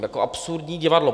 Jako absurdní divadlo.